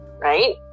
right